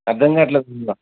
అర్థం కావడంలేదు ఫుల్గా